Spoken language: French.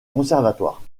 conservatoire